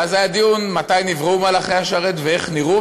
ואז היה דיון מתי נבראו מלאכי השרת ואיך נראו,